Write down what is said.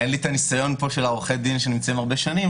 אין לי הניסיון של עורכי הדין פה שנמצאים הרבה שנים,